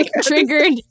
triggered